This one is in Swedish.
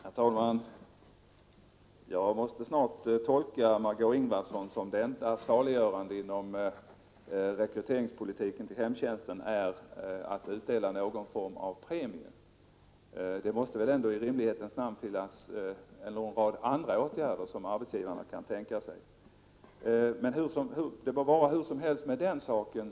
Herr talman! Jag måste snart tolka vad Margö Ingvardsson säger som att det enda saliggörande för rekryteringspolitiken inom hemtjänsten är att dela ut någon form av premie. I rimlighetens namn måste det väl finnas många andra åtgärder som arbetsgivarna kan tänka sig, men med den saken må det förhålla sig hur som helst.